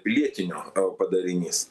pilietinio padarinys